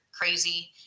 crazy